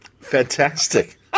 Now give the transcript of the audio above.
Fantastic